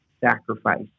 sacrifice